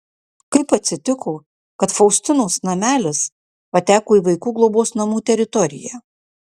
kaip atsitiko kad faustinos namelis pateko į vaikų globos namų teritoriją